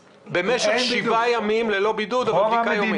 במשך שבעה ימים ללא בידוד, ועם בדיקה יומית.